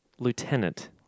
Lieutenant